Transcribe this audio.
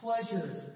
pleasures